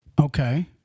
Okay